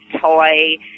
toy